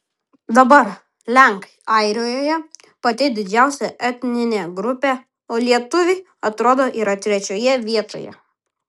dabar lenkai airijoje pati didžiausia etninė grupė o lietuviai atrodo yra trečioje vietoje